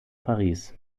paris